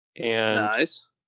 Nice